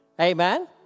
Amen